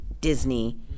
Disney